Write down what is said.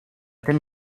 tym